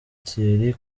thierry